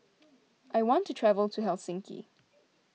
I want to travel to Helsinki